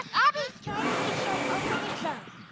abby's turn to show open and close.